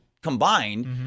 Combined